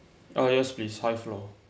uh yes please high floor